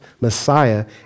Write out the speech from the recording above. Messiah